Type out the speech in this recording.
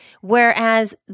whereas